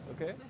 okay